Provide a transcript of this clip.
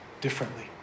differently